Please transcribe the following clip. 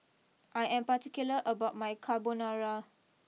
I am particular about my Carbonara